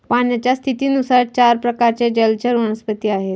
पाण्याच्या स्थितीनुसार चार प्रकारचे जलचर वनस्पती आहेत